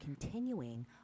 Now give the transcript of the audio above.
continuing